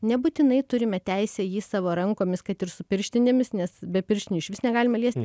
nebūtinai turime teisę jį savo rankomis kad ir su pirštinėmis nes be pirštinių išvis negalima liesti